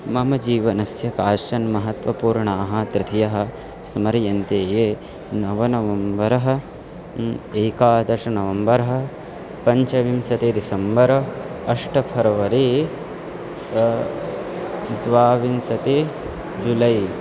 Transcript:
मम जीवनस्य काश्चन महत्त्वपूर्णाः तिथयः स्मर्यन्ते ये नव नवम्बरः एकादश नवम्बरः पञ्चविंशतिः दिसम्बर अष्ट फर्वरी द्वाविंशतिः जुलै